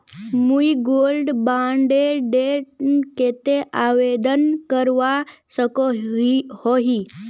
मुई gold bond डेर केते आवेदन करवा सकोहो ही?